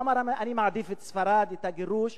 הוא אמר: אני מעדיף את ספרד, את הגירוש,